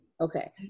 Okay